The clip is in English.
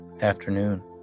Afternoon